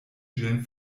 ĝin